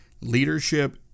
Leadership